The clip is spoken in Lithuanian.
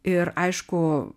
ir aišku